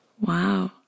Wow